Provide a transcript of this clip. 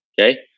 Okay